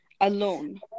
alone